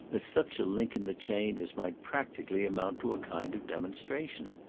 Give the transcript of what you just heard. as such a link in the chain as might practically amount to a kind of demonstration.